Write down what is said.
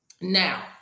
Now